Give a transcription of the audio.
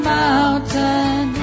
mountain